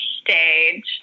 stage